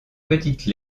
petite